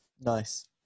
Nice